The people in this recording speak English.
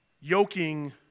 Yoking